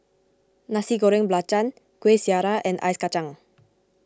Nasi Goreng Belacan Kueh Syara and Ice Kacang